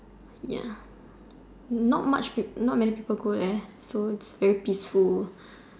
ya not much people not many people go there so it's like very peaceful